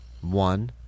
one